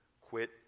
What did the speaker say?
quit